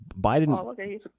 Biden –